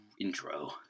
Intro